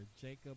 Jacob